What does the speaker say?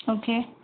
okay